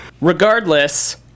Regardless